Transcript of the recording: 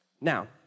Now